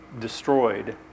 destroyed